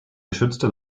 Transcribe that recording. geschützte